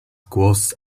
głos